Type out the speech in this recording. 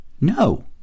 no